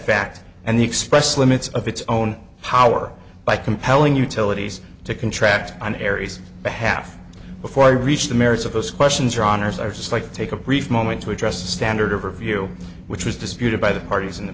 fact and the express limits of its own power by compelling utilities to contract an aries behalf before i reach the merits of those questions or honors i just like take a brief moment to address the standard of review which was disputed by the parties in the